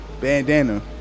Bandana